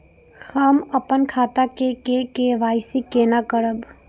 हम अपन खाता के के.वाई.सी केना करब?